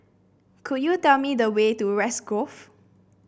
could you tell me the way to West Grove